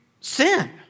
sin